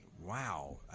Wow